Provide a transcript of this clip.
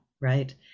right